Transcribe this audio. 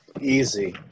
Easy